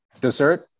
Dessert